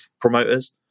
promoters